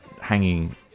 hanging